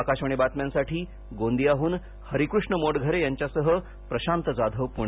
आकाशवाणी बातम्यांसाठी गोंदियाहन हरिष मोटघरे यांच्यासह प्रशांत जाधव प्णे